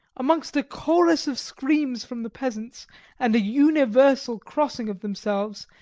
amongst a chorus of screams from the peasants and a universal crossing of themselves,